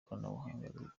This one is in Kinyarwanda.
koranabuhanga